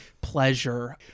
pleasure